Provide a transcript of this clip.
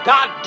God